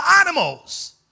animals